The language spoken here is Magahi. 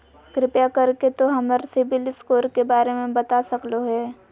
कृपया कर के तों हमर सिबिल स्कोर के बारे में बता सकलो हें?